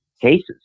cases